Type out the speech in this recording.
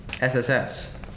SSS